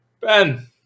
Ben